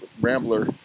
Rambler